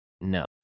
No